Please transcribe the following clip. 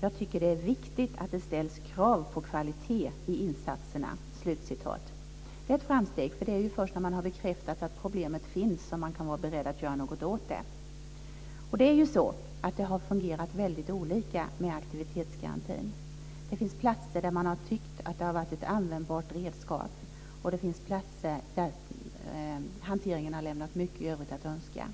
"jag tycker att det är viktigt att det ställs krav på kvalitet i insatserna". Det är ett framsteg. Det är ju först när man har bekräftat att problemet finns som man kan vara beredd att göra något åt det. Det är ju så att aktivitetsgarantin har fungerat väldigt olika. Det finns platser där man har tyckt att det har varit ett användbart redskap, och det finns platser där hanteringen har lämnat mycket i övrigt att önska.